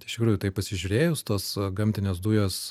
iš tikrųjų tai pasižiūrėjus tos gamtinės dujos